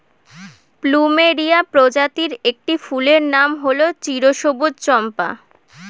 plumeria প্রজাতির একটি ফুলের নাম হল চিরসবুজ চম্পা